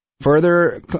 Further